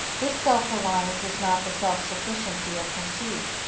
this self-reliance is not the self-sufficiency of conceit.